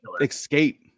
escape